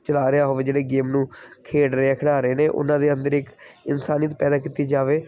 ਚਲਾ ਰਿਹਾ ਹੋਵੇ ਜਿਹੜੇ ਗੇਮ ਨੂੰ ਖੇਡ ਰਹੇ ਹੈ ਖਿਡਾ ਰਹੇ ਨੇ ਉਹਨਾਂ ਦੇ ਅੰਦਰ ਇੱਕ ਇਨਸਾਨੀਅਤ ਪੈਦਾ ਕੀਤੀ ਜਾਵੇ